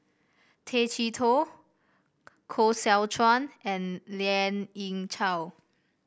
Tay Chee Toh Koh Seow Chuan and Lien Ying Chow